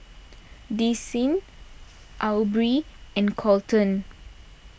Desean Aubree and Colten